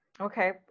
Okay